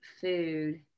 food